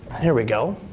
here we go